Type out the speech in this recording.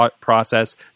process